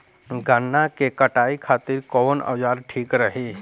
गन्ना के कटाई खातिर कवन औजार ठीक रही?